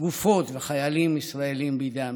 גופות וחיילים ישראלים בידי המצרים.